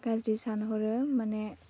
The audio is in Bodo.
गाज्रि सानहरो माने